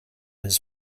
his